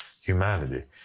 humanity